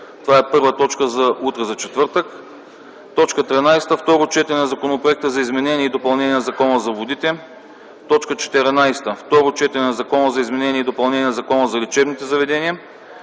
Това е първа точка за утре – четвъртък. 13. Второ четене на Законопроекта за изменение и допълнение на Закона за водите. 14. Второ четене на Законопроекта за изменение и допълнение на Закона за лечебните заведения.